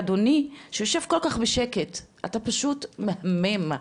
לאדוני, שיושב כל כך בשקט, אתה פשוט מהמם.